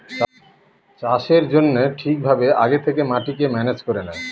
চাষের জন্য ঠিক ভাবে আগে থেকে মাটিকে ম্যানেজ করে নেয়